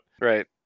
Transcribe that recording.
right